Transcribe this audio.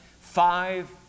five